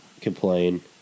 complain